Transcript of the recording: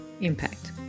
impact